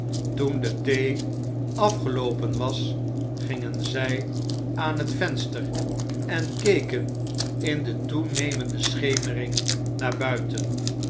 toen de thee afgeloopen was gingen zij aan het venster en keken in de toenemende schemering naar buiten